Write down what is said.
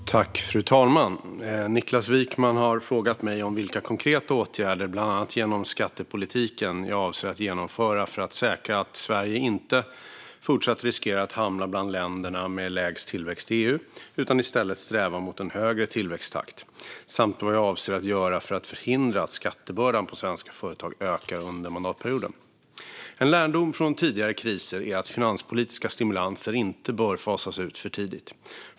Svar på interpellationer Fru talman! Niklas Wykman har frågat mig vilka konkreta åtgärder, bland annat genom skattepolitiken, jag avser att genomföra för att säkra att Sverige inte fortsatt riskerar att hamna bland länderna med lägst tillväxt i EU utan i stället strävar mot en högre tillväxttakt, samt vad jag avser att göra för att förhindra att skattebördan på svenska företag ökar under mandatperioden. En lärdom från tidigare kriser är att finanspolitiska stimulanser inte bör fasas ut för tidigt.